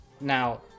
now